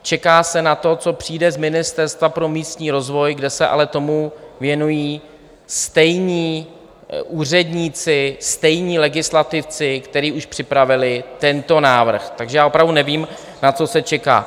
Čeká se na to, co přijde z Ministerstva pro místní rozvoj, kde se ale tomu věnují stejní úředníci, stejní legislativci, kteří už připravili tento návrh, takže já opravdu nevím, na co se čeká.